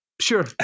sure